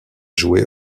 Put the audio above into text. joué